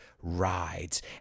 rides